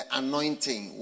anointing